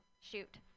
Shoot